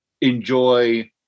enjoy